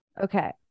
Okay